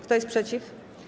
Kto jest przeciw?